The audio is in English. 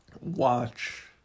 Watch